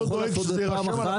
אתה יכול לעשות את זה פעם אחת,